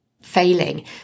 failing